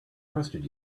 trusted